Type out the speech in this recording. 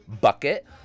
bucket